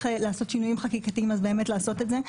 לעשות שינויים חקיקתיים ואם כן אז באמת לעשות את זה,